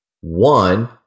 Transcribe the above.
One